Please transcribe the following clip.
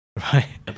right